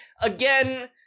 Again